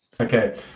Okay